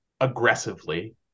aggressively